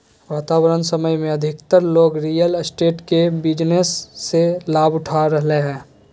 वर्तमान समय में अधिकतर लोग रियल एस्टेट के बिजनेस से लाभ उठा रहलय हइ